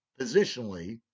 positionally